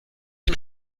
dem